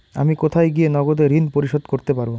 আমি কোথায় গিয়ে নগদে ঋন পরিশোধ করতে পারবো?